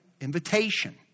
invitation